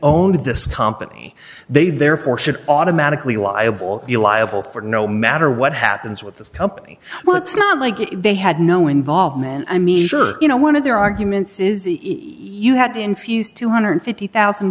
own this company they therefore should automatically liable you're liable for no matter what happens with this company well it's not like they had no involvement i mean sure you know one of their arguments is you had to infuse two hundred and fifty thousand